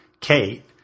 Kate